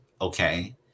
okay